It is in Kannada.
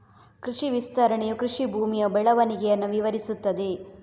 ಕೃಷಿ ವಿಸ್ತರಣೆಯು ಕೃಷಿ ಭೂಮಿಯ ಬೆಳವಣಿಗೆಯನ್ನು ವಿವರಿಸುತ್ತದೆ